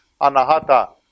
anahata